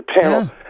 panel